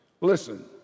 listen